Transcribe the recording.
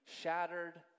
shattered